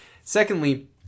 Secondly